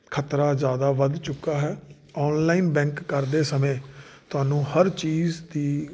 ਖ਼ਤਰਾ ਜ਼ਿਆਦਾ ਵੱਧ ਚੁੱਕਾ ਹੈ ਓਨਲਾਈਨ ਬੈਂਕ ਕਰਦੇ ਸਮੇਂ ਤੁਹਾਨੂੰ ਹਰ ਚੀਜ਼ ਦੀ